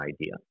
idea